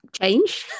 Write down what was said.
Change